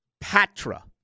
Patra